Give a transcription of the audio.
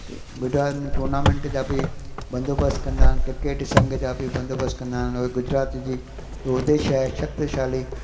गुजरात में टूर्नामेंट जा बि बंदोबस्तु कंदा आहिनि क्रिकेट संग जा बि बंदोबस्तु कंदा आहिनि और गुजरात जी जो उद्देश्य आहे शक्तिशाली